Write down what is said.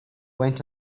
went